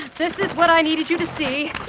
this is what i needed you to see.